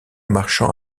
marchand